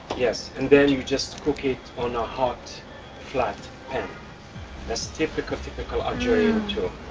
yes and then you just cook it on a hot flat pan that's typical typical algerian too